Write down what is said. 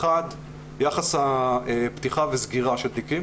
האחד, יחס הפתיחה וסגירה של תיקים.